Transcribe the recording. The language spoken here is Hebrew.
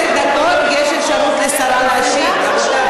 אז מעכשיו עשר דקות יש אפשרות לשרה להשיב.